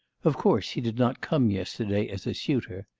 of course he did not come yesterday as a suitor.